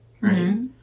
right